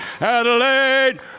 Adelaide